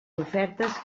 ofertes